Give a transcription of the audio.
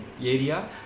area